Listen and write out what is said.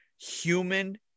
human